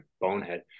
bonehead